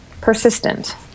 persistent